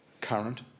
current